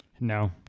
No